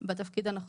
ובני נוער